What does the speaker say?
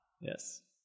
yes